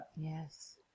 Yes